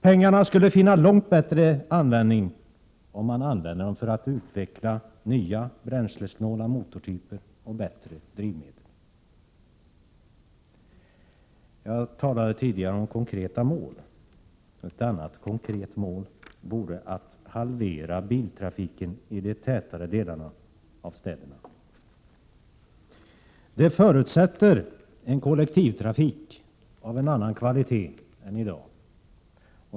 Pengarna skulle finna långt bättre användning, om de fick gå till att utveckla nya bränslesnåla motortyper och bättre drivmedel. Jag talade tidigare om konkreta mål. Ett annat konkret mål vore att halvera biltrafiken i de tätare delarna av städerna. Det förutsätter en kollektivtrafik av en annan kvalitet än i dag.